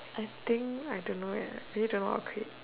I think I don't know yet really don't what to create